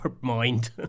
mind